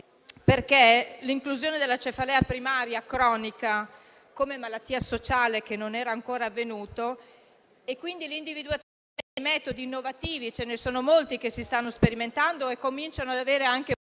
perché l'inclusione della cefalea primaria cronica come malattia sociale non era ancora avvenuta. Quindi, l'individuazione di metodi innovativi (e ce ne sono molti, che si stanno sperimentando e cominciano ad avere anche